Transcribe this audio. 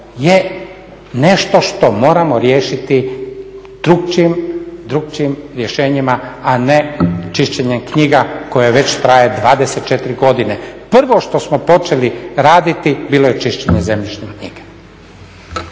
je nešto što moramo riješiti drukčijim rješenjima, a ne čišćenjem knjiga koje već traje 24 godine. Prvo što smo počeli raditi bilo je čišćenje zemljišnih knjiga.